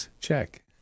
check